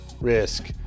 risk